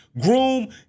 groom